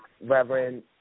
Reverend